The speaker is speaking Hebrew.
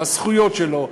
לזכויות שלו,